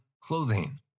clothing